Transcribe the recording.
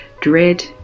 dread